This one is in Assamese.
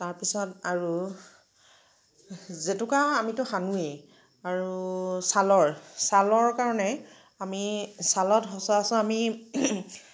তাৰপিছত আৰু জেতুকা আমিতো সানোঁৱেই আৰু ছালৰ ছালৰ কাৰণে আমি ছালত সচৰাচৰ আমি